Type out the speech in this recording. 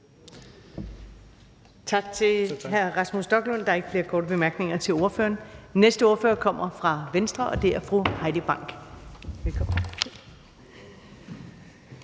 Tak til SF's ordfører. Der er ikke flere korte bemærkninger til ordføreren. Den næste ordfører kommer fra Radikale Venstre, og det er fru Susan Kronborg. Velkommen.